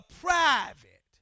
private